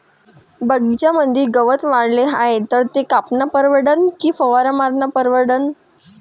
बगीच्यामंदी गवत वाढले हाये तर ते कापनं परवडन की फवारा मारनं परवडन?